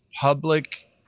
public